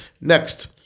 Next